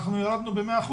ירדנו ב-100%.